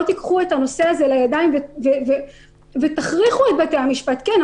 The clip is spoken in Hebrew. תיקחו את הנושא הזה לידיים ותכריחו את בית המשפט כן,